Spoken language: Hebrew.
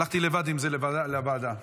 הלכתי עם זה לוועדה לבד.